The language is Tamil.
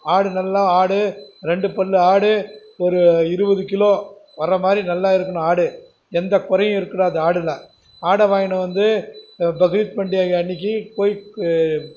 ஆடு நல்ல ஆடு ரெண்டு பல் ஆடு ஒரு இருபது கிலோ வர மாதிரி நல்லா இருக்கணும் ஆடு எந்த குறையும் இருக்க கூடாது ஆடுல ஆட வாங்கின்னு வந்து பக்ரீத் பண்டிகை அன்னைக்கு போய்